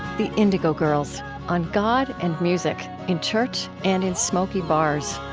the indigo girls on god and music, in church and in smoky bars.